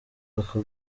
aka